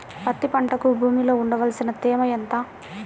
పత్తి పంటకు భూమిలో ఉండవలసిన తేమ ఎంత?